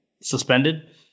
suspended